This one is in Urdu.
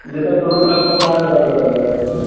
جی سر دونوں طرف کا چار ہزار روپے ہو جائے گا